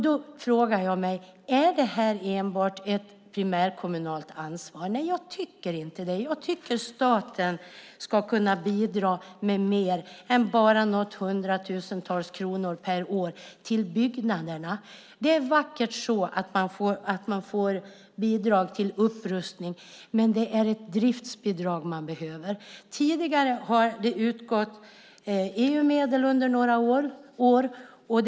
Då frågar jag mig: Är det här enbart ett primärkommunalt ansvar? Nej, jag tycker inte det. Jag tycker att staten ska kunna bidra med mer än bara några hundratusentals kronor per år till byggnaderna. Det är vackert så att man får bidrag till upprustning, men man behöver ett driftsbidrag. Tidigare har det utgått EU-medel under några år.